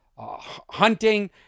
Hunting